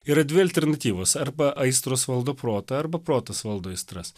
yra dvi alternatyvos arba aistros valdo protą arba protas valdo aistras